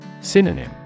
Synonym